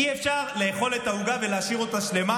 אי-אפשר לאכול את העוגה ולהשאיר אותה שלמה.